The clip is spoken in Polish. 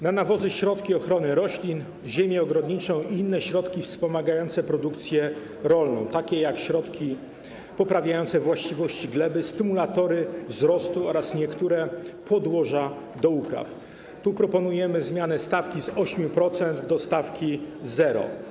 Na nawozy, środki ochrony roślin, ziemię ogrodniczą i inne środki wspomagające produkcję rolną, takie jak środki poprawiające właściwości gleby, stymulatory wzrostu oraz niektóre podłoża do upraw, proponujemy zmianę stawki z 8% do stawki 0.